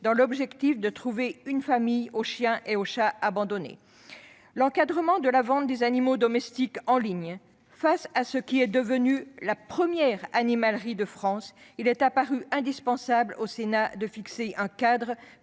dans le but de trouver une famille aux chiens et aux chats abandonnés. Je pense encore à l'encadrement de la vente des animaux domestiques en ligne. Face à ce qui est devenu la première animalerie de France, il est apparu indispensable au Sénat de fixer un cadre